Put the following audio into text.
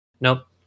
Nope